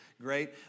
great